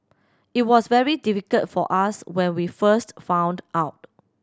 it was very difficult for us when we first found out